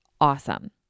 awesome